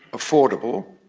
affordable,